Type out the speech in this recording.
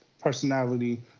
personality